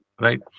right